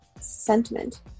sentiment